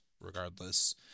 regardless